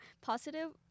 positive